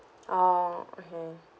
oh okay